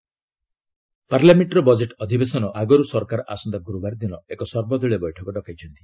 all party meet ପାର୍ଲାମେଣ୍ଟର budget ଅଧିବେଶନ ଆଗରୁ ସରକାର ଆସନ୍ତା ଗୁରୁବାର ଦିନ ଏକ ସର୍ବଦଳୀୟ ବୈଠକ ଡକାଇଛନ୍ତି